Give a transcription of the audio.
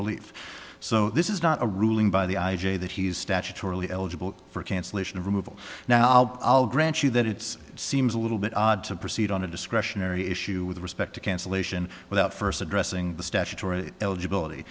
relief so this is not a ruling by the i j a that he's statutorily eligible for cancellation of removal now i'll grant you that it seems a little bit odd to proceed on a discretionary issue with respect to cancellation without first addressing the statutory eligibility